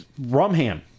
Rumham